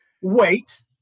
Wait